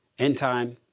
end time,